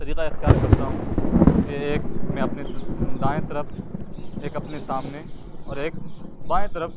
طریقہ اختیار کرتا ہوں ایک میں اپنے دائیں طرف ایک اپنے سامنے اور ایک بائیں طرف